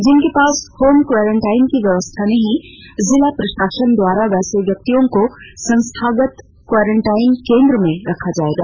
जिनके पास home quarantine की व्यवस्था नहीं है जिला प्रशासन द्वारा वैसे व्यक्तियों को संस्थागत क्वारंटाइन केन्द्रों में रखा जाएगा